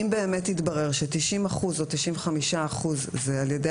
אם באמת יתברר ש-90 אחוזים או 95 אחוזים הם על ידי